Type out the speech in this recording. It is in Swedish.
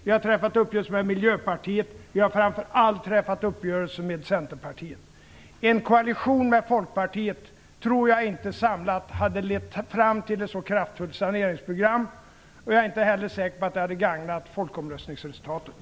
Vi har träffat uppgörelser också med Miljöpartiet, och vi har framför allt träffat uppgörelser med Centerpartiet. En koalition med Folkpartiet tror jag inte hade lett fram till ett så kraftfullt saneringsprogram, och jag är inte heller säker på att det hande gagnat folkomröstningsresultatet.